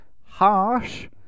harsh